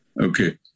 okay